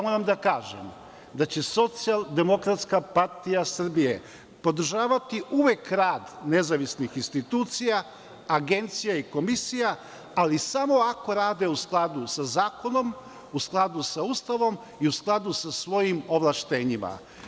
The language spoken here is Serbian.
Moram da kažem da će SDPS podržavati uvek rad nezavisnih institucija, agencija i komisija ali samo ako rade u skladu sa zakonom, u skladu sa Ustavom i u skladu sa svojim ovlašćenjima.